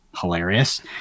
Hilarious